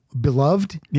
beloved